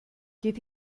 geht